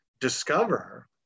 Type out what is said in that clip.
discover